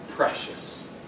precious